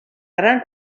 gran